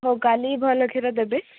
ହଉ କାଲି ଭଲ କ୍ଷୀର ଦେବେ